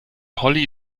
holly